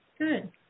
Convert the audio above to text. Good